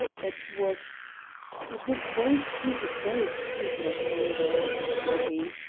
it was it was very stupid, very stupid of mungo, said he.